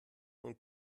und